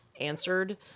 answered